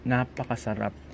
Napakasarap